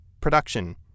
Production